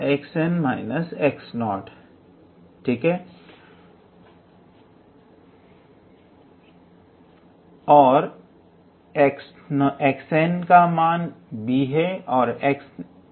शेष बचा 𝑥𝑛 मूलतः b है और 𝑥0 मूलतः a है